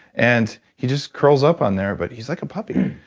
and he just curls up on there, but he's like a puppy.